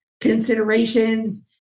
considerations